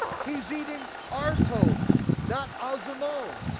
he's eating artos, not azymon.